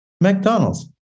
McDonald's